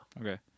Okay